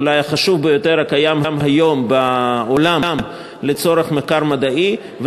אולי החשוב ביותר הקיים היום בעולם לצורך מחקר מדעי,